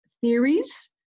theories